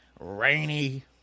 rainy